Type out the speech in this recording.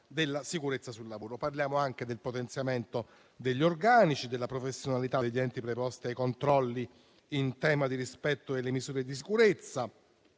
della sicurezza sul lavoro. Parliamo anche del potenziamento degli organici, della professionalità degli enti preposti ai controlli in tema di rispetto delle misure di sicurezza,